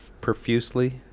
profusely